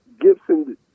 Gibson